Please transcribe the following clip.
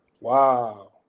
Wow